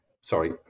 sorry